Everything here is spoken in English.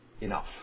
enough